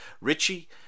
Richie